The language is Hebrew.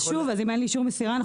אם אין אישור מסירה,